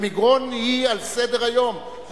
ומגרון היא על סדר-היום,